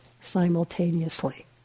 simultaneously